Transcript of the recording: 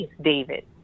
David